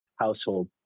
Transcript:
Household